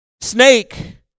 snake